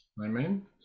amen